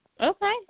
Okay